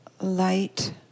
light